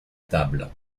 table